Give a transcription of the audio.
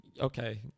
Okay